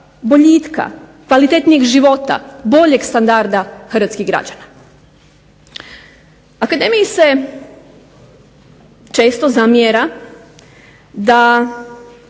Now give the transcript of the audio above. boljitka, kvalitetnijeg života, boljeg standarda Hrvatskih građana. Akademiji se često zamjera da